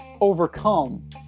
overcome